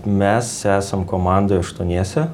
mes esam komandoj aštuoniese